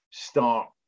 start